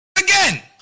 again